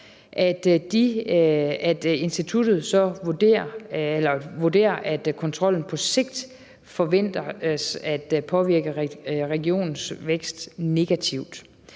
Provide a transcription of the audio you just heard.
Instituttet vurderer, at kontrollen på sigt forventes at påvirke regionens vækst negativt.